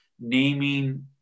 naming